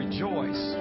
Rejoice